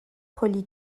relie